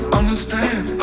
understand